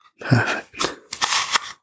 Perfect